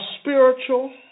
spiritual